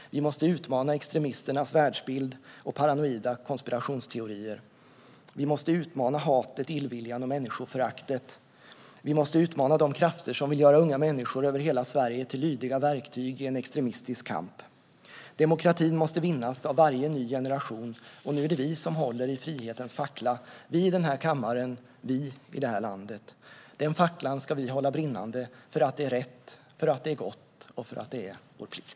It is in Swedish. Vi måste utmana extremisternas världsbild och paranoida konspirationsteorier. Vi måste utmana hatet, illviljan och människoföraktet. Vi måste utmana de krafter som vill göra unga människor över hela Sverige till lydiga verktyg i en extremistisk kamp. Demokratin måste vinnas av varje ny generation. Nu är det vi som håller i frihetens fackla - vi i den här kammaren och vi i det här landet. Den facklan ska vi hålla brinnande - för att det är rätt, för att det är gott och för att det är vår plikt.